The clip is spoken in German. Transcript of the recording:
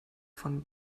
von